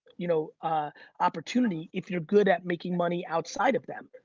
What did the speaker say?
you know opportunity if you're good at making money outside of them.